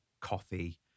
coffee